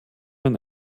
man